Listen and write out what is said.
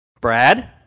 Brad